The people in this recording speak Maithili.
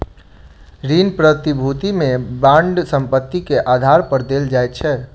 ऋण प्रतिभूति में बांड संपत्ति के आधार पर देल जाइत अछि